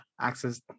access